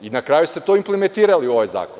Na kraju ste to implementirali u ovaj zakon.